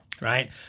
right